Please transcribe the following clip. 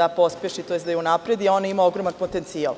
da pospeši, tj. da je unapredi, ona ima ogroman potencijal.